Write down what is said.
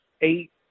eight